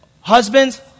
husbands